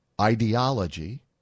ideology